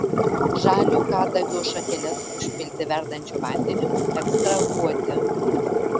žalio kadagio šakeles užpilti verdančiu vandeniu ekstrahuoti